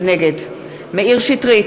נגד מאיר שטרית,